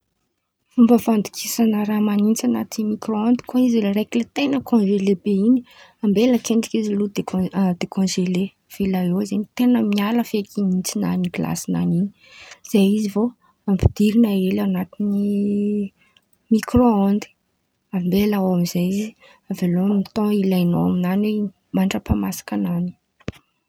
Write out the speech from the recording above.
Fômba fandokisan̈a raha man̈itsy an̈aty mikrô òndy kô izy raiky ten̈a kònzele be in̈y ambela ankendriky dekòn-dekònzele avela eo zen̈y, ten̈a miala feky in̈y n̈itsin̈any gilasin̈any zay izy vô ampidirin̈a hely an̈aty mikrô òndy, ambela ao amizay izy avelao amy tòn ilain̈ao amin̈any oe mandrapamasakan̈any.